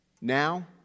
Now